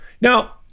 Now